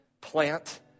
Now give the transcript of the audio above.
plant